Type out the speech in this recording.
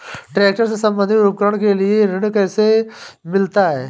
Tractor से संबंधित उपकरण के लिए ऋण कैसे मिलता है?